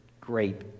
great